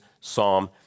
psalm